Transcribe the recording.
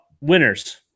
winners